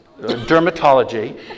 dermatology